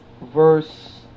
verse